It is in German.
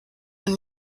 man